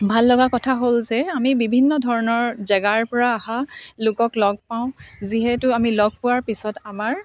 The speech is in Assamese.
ভাল লগা কথা হ'ল যে আমি বিভিন্ন ধৰণৰ জাগাৰ পৰা আহা লোকক লগ পাওঁ যিহেতু আমি লগ পোৱাৰ পিছত আমাৰ